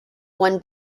won